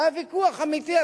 היה ויכוח אמיתי,